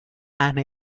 and